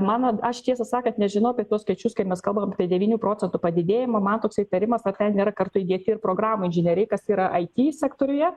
mano aš tiesą sakant nežinau apie tuos skaičius kai mes kalbame apie devynių procentų padidėjimą man toksai įtarimas ar ten nėra kartu įdėti ir programų inžinieriai yra it sektoriuje